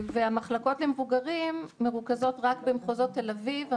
המחלקות למבוגרים מרוכזות רק במחוזות תל אביב,